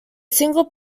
single